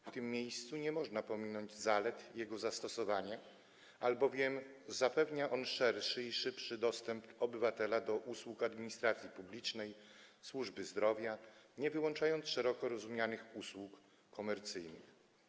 W tym miejscu nie można pominąć zalet jego zastosowania, albowiem zapewnia on szerszy i szybszy dostęp obywatela do usług administracji publicznej, służby zdrowia, nie wyłączając szeroko rozumianych usług komercyjnych.